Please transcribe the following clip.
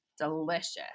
Delicious